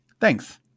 Thanks